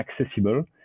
accessible